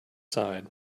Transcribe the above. side